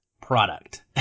product